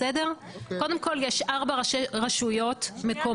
קודם כל, יש ארבעה ראשי רשויות מקומיות.